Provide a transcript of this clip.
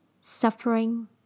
suffering